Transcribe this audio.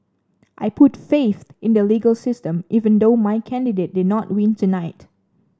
I put faith in the legal system even though my candidate did not win tonight